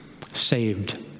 Saved